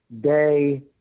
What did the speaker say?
Day